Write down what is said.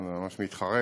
כן, זה ממש מתחרז.